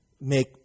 make